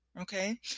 okay